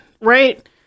right